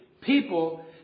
people